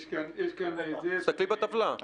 תסתכלי בטבלה.